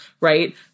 right